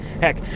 Heck